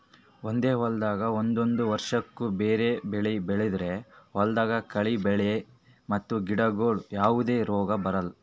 ಒಂದೇ ಹೊಲ್ದಾಗ್ ಒಂದೊಂದ್ ವರ್ಷಕ್ಕ್ ಬ್ಯಾರೆ ಬೆಳಿ ಬೆಳದ್ರ್ ಹೊಲ್ದಾಗ ಕಳಿ ಬೆಳ್ಯಾಲ್ ಮತ್ತ್ ಗಿಡಗೋಳಿಗ್ ಯಾವದೇ ರೋಗ್ ಬರಲ್